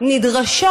נדרשות